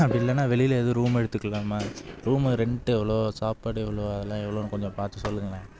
அப்படி இல்லைன்னா வெளியில் எதுவும் ரூம் எடுத்துக்கலாமா ரூமு ரெண்ட்டு எவ்வளோ சாப்பாடு எவ்வளோ அதெல்லாம் எவ்வளோனு கொஞ்சம் பார்த்து சொல்லுங்கண்ணே